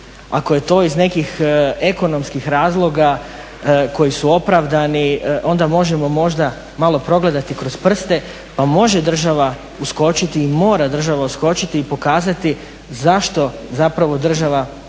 ako je to iz nekih ekonomskih razloga koji su opravdani onda možemo možda malo progledati kroz prste, pa može država uskočiti i mora država uskočiti i pokazati zašto zapravo država i